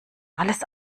alles